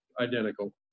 identical